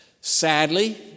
Sadly